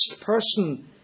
person